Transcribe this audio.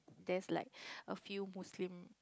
there is like a few Muslims